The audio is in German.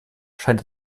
scheint